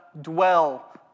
dwell